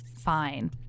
fine